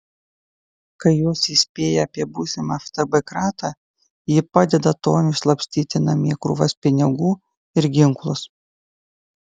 kai juos įspėja apie būsimą ftb kratą ji padeda toniui slapstyti namie krūvas pinigų ir ginklus